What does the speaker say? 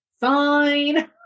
Fine